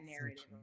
narrative